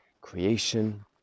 creation